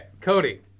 Cody